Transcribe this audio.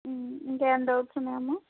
ఇంకేమన్న doubts ఉన్నాయమ్మా